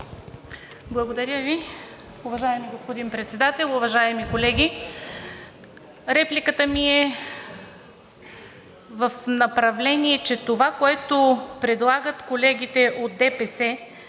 Благодаря Ви. Уважаеми господин Председател, уважаеми колеги, репликата ми е в направление, че това, което предлагат колегите от ДПС